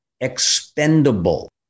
expendable